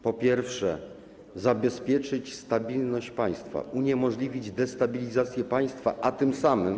Po pierwsze, zabezpieczyć stabilność państwa, uniemożliwić destabilizację państwa, a tym samym.